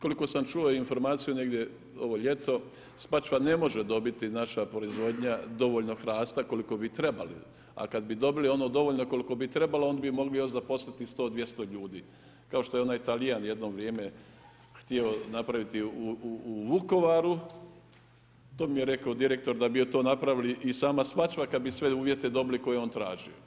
Koliko sam čuo informaciju negdje ovo ljeto, Spačva ne može dobiti, naša proizvodnja, dovoljno hrasta koliko bi trebali a kad bi dobili ono dovoljno koliko bi trebalo, onda bi mogli još zaposliti 100, 200 ljudi kao što je onaj Talijan jedno vrijeme htio napraviti u Vukovaru, to mi je rekao direktor da bi to napravili i sama Spačva kad bi sve uvjete dobili koje on traži.